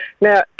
Now